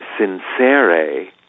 sincere